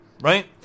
Right